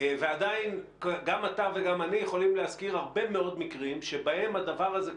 ועדיין גם אתה וגם אני יכולים להזכיר הרבה מאוד מקרים בהם הדבר הזה,